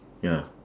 ya